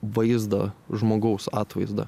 vaizdą žmogaus atvaizdą